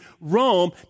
Rome